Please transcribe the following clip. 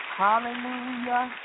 hallelujah